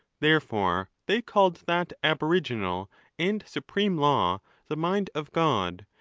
therefore they called that aboriginal and supreme law the mind of god,